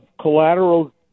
collateral